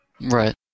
Right